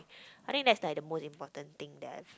I think that's like the most important thing that I have